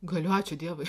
galiu ačiū dievui